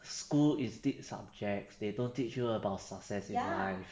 school is teach subjects they don't teach you about successful life